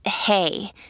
hey